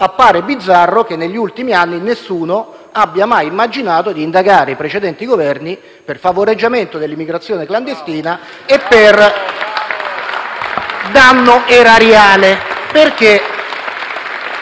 appare bizzarro che negli ultimi anni nessuno abbia mai immaginato di indagare i precedenti Governi per favoreggiamento dell'immigrazione clandestina e per danno erariale.